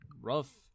rough